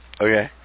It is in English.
Okay